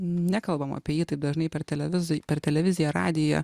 nekalbama apie jį taip dažnai per televiz per televiziją radiją